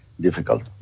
difficult